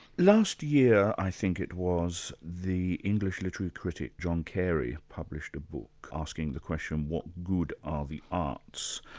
last year i think it was, the english literary critic, john carey, published a book asking the question, what good are the arts?